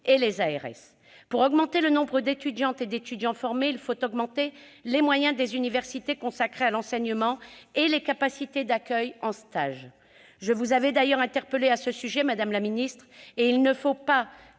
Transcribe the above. et les ARS. Pour augmenter le nombre d'étudiantes et d'étudiants formés, il faut augmenter les moyens des universités consacrés à l'enseignement et les capacités d'accueil en stages, je vous avais d'ailleurs interpellée sur ce sujet, madame la ministre. Il ne faudra pas